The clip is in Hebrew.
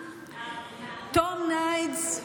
טום ניידס,